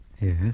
Yes